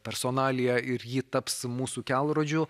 personaliją ir ji taps mūsų kelrodžiu